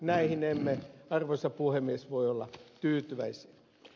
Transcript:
näihin emme arvoisa puhemies voi olla tyytyväisiä